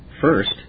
first